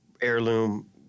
heirloom